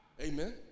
Amen